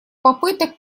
попыток